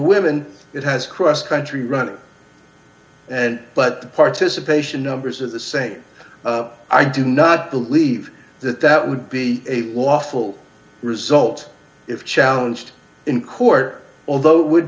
women it has cross country runner and but the participation numbers are the same i do not believe that that would be a lawful result if challenged in court although it would